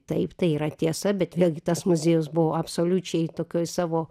taip tai yra tiesa bet vėlgi tas muziejus buvo absoliučiai tokioj savo